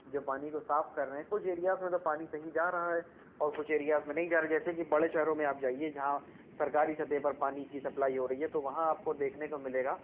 جو پانی کو صاف کر رہے ہیں کچھ ایریاز میں تو پانی صحیح جا رہا ہے اور کچھ ایریاز میں نہیں جا رہا جیسے کہ بڑے شہروں میں آپ جائیے جہاں سرکاری سطح پر پانی کی سپلائی ہو رہی ہے تو وہاں آپ کو دیکھنے کو ملے گا